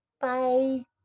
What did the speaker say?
bye